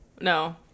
No